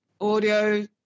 audio